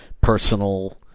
personal